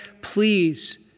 Please